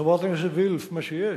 חברת הכנסת וילף, מה שיש